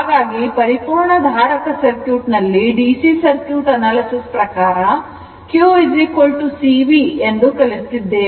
ಹಾಗಾಗಿ ಪರಿಪೂರ್ಣ ಧಾರಕ ಸರ್ಕ್ಯೂಟ್ ನಲ್ಲಿ ಡಿಸಿ ಸರ್ಕ್ಯೂಟ್ ಅನಾಲಿಸಿಸ್ ಪ್ರಕಾರ q C V ಎಂದು ಕಲಿತಿದ್ದೇವೆ